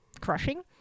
crushing